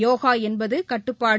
யோகாஎன்பதுகட்டுப்பாடு